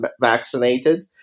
vaccinated